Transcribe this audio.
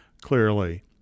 clearly